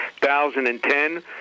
2010